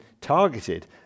targeted